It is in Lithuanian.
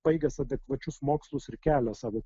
baigęs adekvačius mokslus ir kelia savo